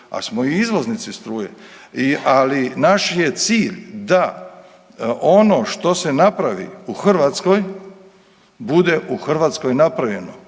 ali smo i izvoznici struje, ali naš je cilj da ono što se napravi u Hrvatskoj bude u Hrvatskoj napravljeno.